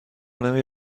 نمی